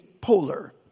polar